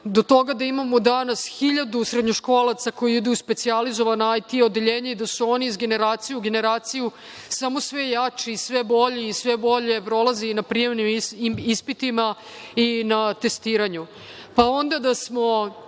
do toga da imamo danas hiljadu srednjoškolaca koji idu u specijalizovana IT odeljenja i da su oni iz generacije u generaciju samo sve jači, sve bolji i sve bolje prolaze na prijemnim ispitima i na testiranju, pa onda da smo